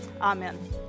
Amen